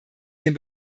den